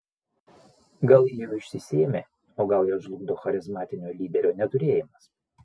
gal ji jau išsisėmė o gal ją žlugdo charizmatinio lyderio neturėjimas